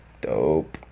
Dope